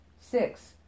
six